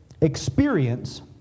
experience